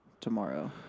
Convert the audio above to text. tomorrow